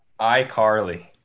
iCarly